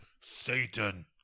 Satan